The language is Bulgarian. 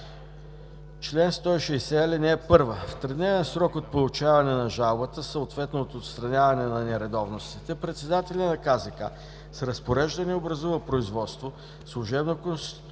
чл. 160: „Чл. 160. (1) В тридневен срок от получаването на жалбата, съответно от отстраняването на нередовностите, председателят на КЗК с разпореждане образува производство, служебно конституира